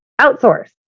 Outsource